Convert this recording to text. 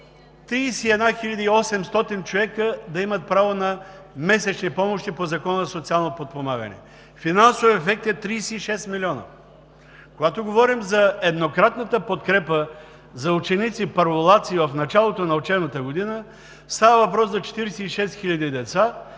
31 800 човека да имат право на месечни помощи по Закона за социално подпомагане. Финансовият ефект е 36 милиона. Когато говорим за еднократната подкрепа за ученици – първолаци в началото на учебната година, става въпрос за 46 хиляди деца,